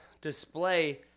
display